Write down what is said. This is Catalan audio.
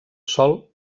sòl